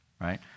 Right